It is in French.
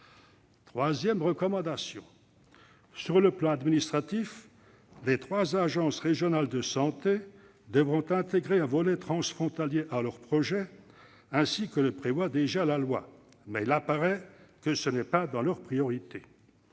Troisièmement, sur le plan administratif, les trois agences régionales de santé devront intégrer un volet transfrontalier à leur projet, ainsi que le prévoit déjà la loi. Cependant, il apparaît que ce n'est pas dans leur priorité.